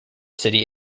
city